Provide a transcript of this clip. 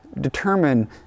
determine